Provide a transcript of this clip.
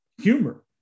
humor